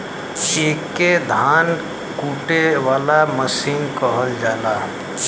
एके धान कूटे वाला मसीन कहल जाला